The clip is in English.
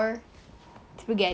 apa daging just daging